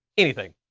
anything.